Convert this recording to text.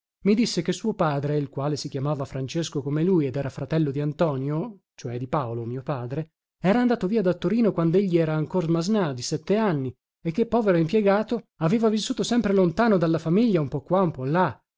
i disse che suo padre il quale si chiamava francesco come lui ed era fratello di antonio cioè di paolo mio padre era andato via da torino quandegli era ancor masnà di sette anni e che povero impiegato aveva vissuto sempre lontano dalla famiglia un po qua un po là